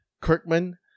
Kirkman